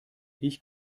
ich